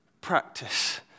practice